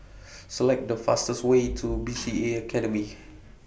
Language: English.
Select The fastest Way to B C A Academy